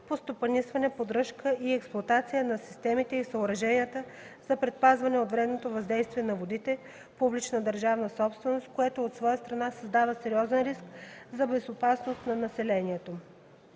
по стопанисване, поддръжка и експлоатация на системите и съоръженията за предпазване от вредното въздействие на водите – публична държавна собственост, което от своя страна създава сериозен риск за безопасността на населението.